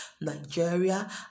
Nigeria